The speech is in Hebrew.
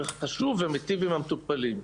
מאוד חשוב ומיטיב עם המטופלים.